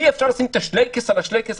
אי-אפשר לשים את השלייקס על השלייקס,